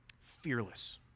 fearless